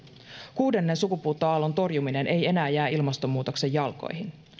kuudennen sukupuuttoaallon torjuminen ei enää jää ilmastonmuutoksen jalkoihin